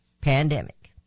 pandemic